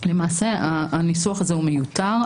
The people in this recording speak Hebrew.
למעשה הניסוח הזה הוא מיותר.